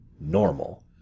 normal